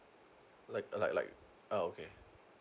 like uh like like uh okay